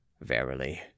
Verily